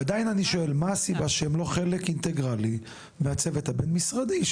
אבל אני שואל מה הסיבה שהם לא חלק אינטגרלי מהצוות הבין משרדי?